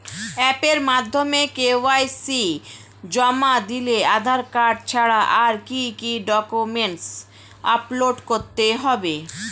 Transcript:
অ্যাপের মাধ্যমে কে.ওয়াই.সি জমা দিলে আধার কার্ড ছাড়া আর কি কি ডকুমেন্টস আপলোড করতে হবে?